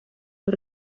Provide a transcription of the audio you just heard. los